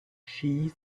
she